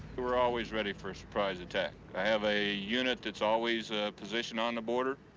we're always ready for a surprise attack. i have a unit that's always ah positioned on the border.